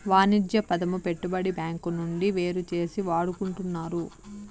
వాణిజ్య పదము పెట్టుబడి బ్యాంకు నుండి వేరుచేసి వాడుకుంటున్నారు